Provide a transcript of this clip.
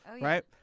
right